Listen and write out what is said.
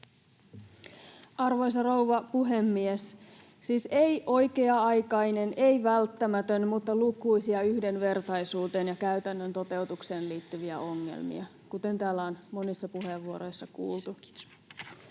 Arvoisa rouva puhemies! Siis ei oikea-aikainen, ei välttämätön, mutta lukuisia yhdenvertaisuuteen ja käytännön toteutukseen liittyviä ongelmia, kuten täällä on monissa puheenvuoroissa kuultu.